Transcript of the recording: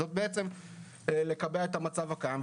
זה בעצם לקבע את המצב הקיים,